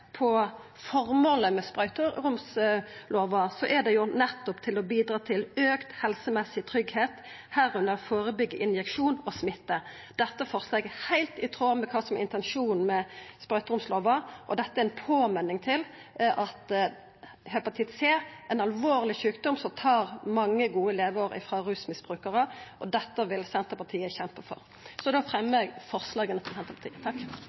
på føremålet med sprøyteromslova, er det nettopp for å bidra til auka helsemessig tryggleik, medrekna å førebyggja injeksjon og smitte. Dette forslaget er heilt i tråd med det som er intensjonen med sprøyteromslova, og dette er ei påminning om at hepatitt C er ein alvorleg sjukdom som tar mange gode leveår frå rusmisbrukarar. Dette vil Senterpartiet kjempa for. Da fremjar eg forslaga frå Senterpartiet.